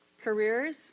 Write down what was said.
Careers